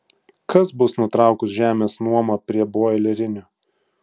kas bus nutraukus žemės nuomą prie boilerinių